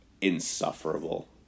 insufferable